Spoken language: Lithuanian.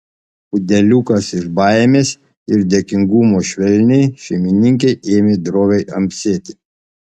pudeliukas iš baimės ir dėkingumo švelniai šeimininkei ėmė droviai amsėti